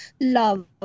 love